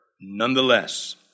nonetheless